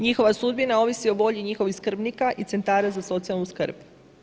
Njihova sudbina ovisi o volji njihovih skrbnika i centara za socijalnu skrb.